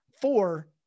four